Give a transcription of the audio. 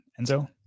Enzo